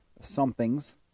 somethings